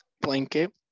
blanket